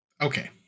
Okay